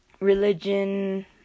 religion